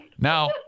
now